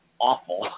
awful